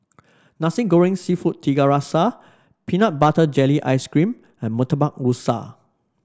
Nasi Goreng seafood Tiga Rasa Peanut Butter Jelly Ice cream and Murtabak Rusa